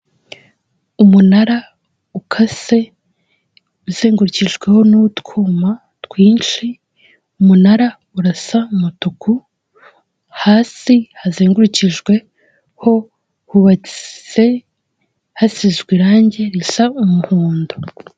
Umunara ukase uzengurukijweho n'utwuma twinshi, umunara urasa umutuku, hasi hazengurukijwe ho hubatse hasizwe irangi risa umuhondo.